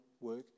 work